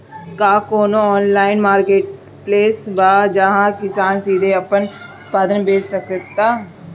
का कोनो online marketplace बा जहां किसान सीधे अपन उत्पाद बेच सकता?